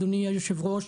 אדוני היושב-ראש,